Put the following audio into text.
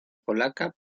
polaca